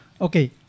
okay